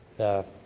the